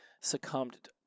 succumbed